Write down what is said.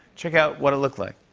check out what it looked like.